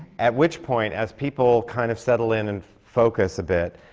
at which point, as people kind of settle in and focus a bit,